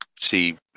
see